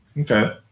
Okay